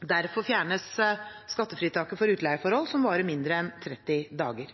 Derfor fjernes skattefritaket for utleieforhold som varer mindre enn 30 dager.